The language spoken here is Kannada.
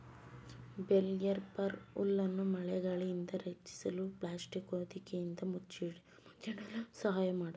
ಬೇಲ್ ರ್ಯಾಪರ್ ಹುಲ್ಲನ್ನು ಮಳೆ ಗಾಳಿಯಿಂದ ರಕ್ಷಿಸಲು ಪ್ಲಾಸ್ಟಿಕ್ ಹೊದಿಕೆಯಿಂದ ಮುಚ್ಚಿಡಲು ಸಹಾಯ ಮಾಡತ್ತದೆ